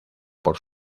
por